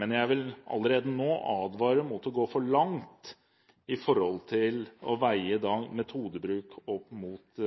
men jeg vil allerede nå advare mot å gå for langt når det gjelder å veie metodebruk opp mot